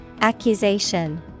Accusation